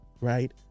Right